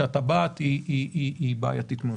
הטבעת היא בעייתית מאוד.